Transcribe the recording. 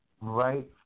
right